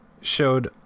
Showed